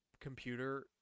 computer